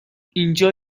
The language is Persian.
اینجا